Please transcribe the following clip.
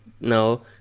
no